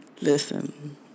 listen